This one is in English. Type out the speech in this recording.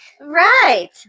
Right